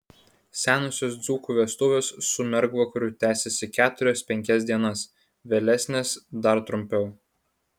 senosios dzūkų vestuvės su mergvakariu tęsėsi keturias penkias dienas vėlesnės dar trumpiau